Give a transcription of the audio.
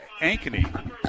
Ankeny